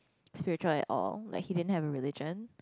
spiritual at all like he didn't have a religion